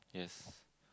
yes